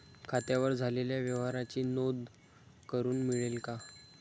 खात्यावर झालेल्या व्यवहाराची नोंद करून मिळेल का?